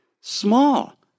small